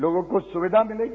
लोगों को सुविधा मिलेगी